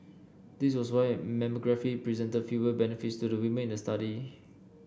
this was why mammography presented fewer benefits to the women in the study